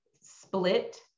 Split